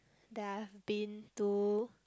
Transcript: that I've been to